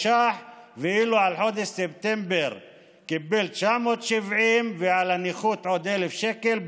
שוב להרחיב את הגירעון ולהוסיף עוד 2.4 מיליארדים,